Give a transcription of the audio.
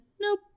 nope